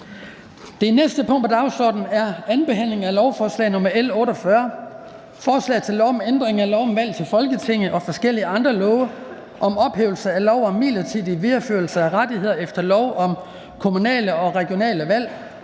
Det næste punkt på dagsordenen er: 21) 2. behandling af lovforslag nr. L 48: Forslag til lov om ændring af lov om valg til Folketinget og forskellige andre love og om ophævelse af lov om midlertidig videreførelse af rettigheder efter lov om kommunale og regionale valg